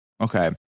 Okay